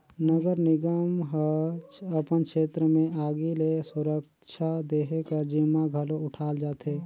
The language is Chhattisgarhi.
नगर निगम ह अपन छेत्र में आगी ले सुरक्छा देहे कर जिम्मा घलो उठाल जाथे